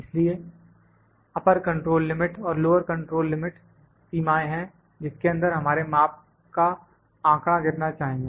इसलिए upper control limit और lower control limit सीमाएं हैं जिसके अंदर हमारे माप का आंकड़ा गिरना चाहिए